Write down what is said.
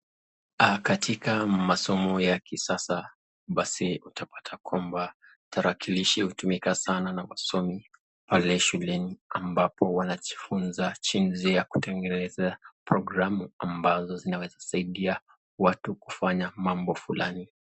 Katika masomo ya kisasa basi utapata kwamba tarakilishi hutumika sana na wasomi pale shuleni ambapo wanajifunza jinsi ya kutengeneza programu ambazo zinaweza saidia watu kufanya mambo fulani.